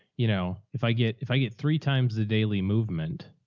you know, if i get, if i get three times the daily movement,